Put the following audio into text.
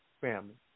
Family